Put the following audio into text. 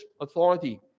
authority